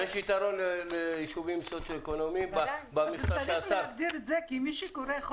מי שיש לו אבא יחיה, מי שאין לו אבא ימות.